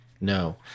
No